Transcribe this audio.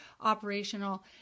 operational